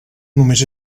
només